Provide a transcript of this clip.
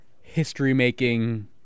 history-making